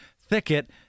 thicket